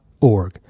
org